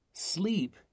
Sleep